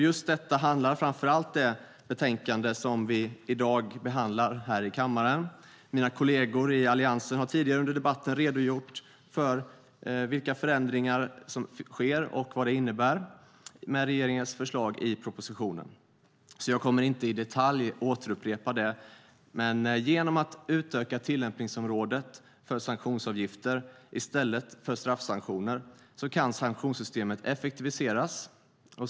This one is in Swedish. Just detta handlar framför allt det betänkande om som vi i dag behandlar här i kammaren. Mina kolleger i Alliansen har tidigare under debatten redogjort för vad förändringarna i och med regeringens förslag i propositionen innebär, så jag kommer inte i detalj att upprepa dem. Genom att utöka tillämpningsområdet för sanktionsavgifter, i stället för straffsanktioner, kan sanktionssystemet effektiviseras.